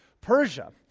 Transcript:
Persia